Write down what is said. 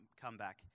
comeback